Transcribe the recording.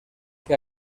que